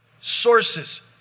sources